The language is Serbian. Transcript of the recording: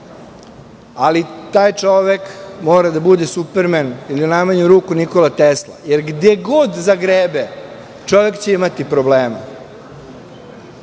ali taj čovek mora da bude supermen ili u najmanju ruku Nikola Tesla, jer gde god zagrebe, čovek će imati problema.